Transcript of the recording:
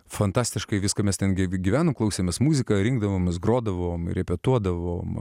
fantastiškai viską mes ten gi gyvenom klausėmės muziką rinkdavomės grodavom ir repetuodavome